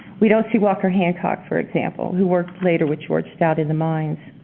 we don't see walter hancock, for example, who worked later with george stout in the mines.